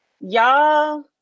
Y'all